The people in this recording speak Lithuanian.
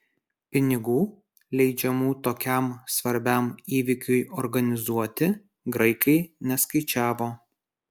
pinigų leidžiamų tokiam svarbiam įvykiui organizuoti graikai neskaičiavo